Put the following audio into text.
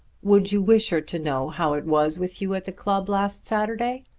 would you wish her to know how it was with you at the club last saturday?